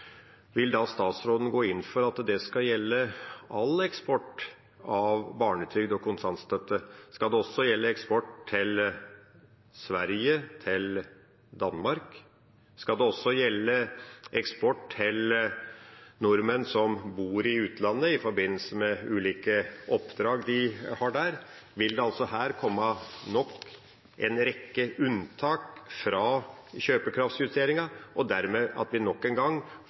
skal gjelde all eksport av barnetrygd og kontantstøtte? Skal det også gjelde eksport til Sverige og til Danmark? Skal det også gjelde eksport til nordmenn som bor i utlandet i forbindelse med ulike oppdrag de har der? Vil det her komme nok en rekke unntak fra kjøpekraftsjusteringen og dermed at vi – nok en gang